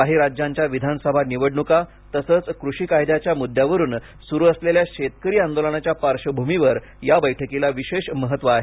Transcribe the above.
काही राज्यांच्या विधानसभा निवडणुका तसंच कृषी कायद्याच्या मुद्द्यावरून सुरू असलेल्या शेतकरी आंदोलनाच्या पार्श्वभूमीवर या बैठकीला विशेष महत्त्व आहे